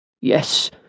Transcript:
Yes